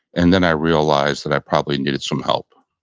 and then, i realized that i probably needed some help.